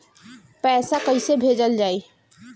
पैसा कैसे भेजल जाइ?